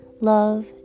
love